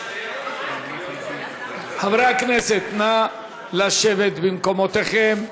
חברי הכנסת, נא לשבת במקומותיכם.